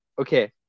okay